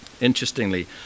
interestingly